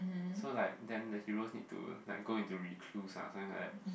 so like then the heros need to like go and to rescue something like that